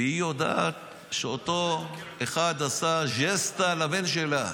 והיא יודעת שאותו אחד עשה ג'סטה לבן שלה.